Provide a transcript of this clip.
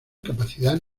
capacidad